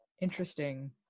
interesting